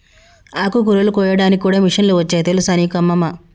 ఆకుకూరలు కోయడానికి కూడా మిషన్లు వచ్చాయి తెలుసా నీకు అమ్మమ్మ